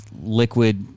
liquid